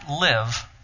live